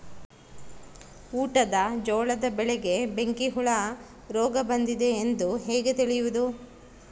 ಊಟದ ಜೋಳದ ಬೆಳೆಗೆ ಬೆಂಕಿ ಹುಳ ರೋಗ ಬಂದಿದೆ ಎಂದು ಹೇಗೆ ತಿಳಿಯುವುದು?